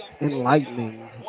enlightening